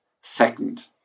Second